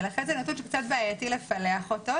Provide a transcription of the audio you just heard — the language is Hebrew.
ולכן זה נתון שהוא קצת בעייתי לפלח אותו,